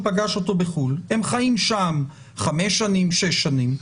הם חיים שם חמש שנים, שש שנים.